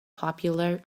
popular